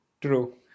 True